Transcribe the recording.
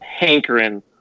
hankering